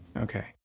Okay